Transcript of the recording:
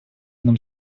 нам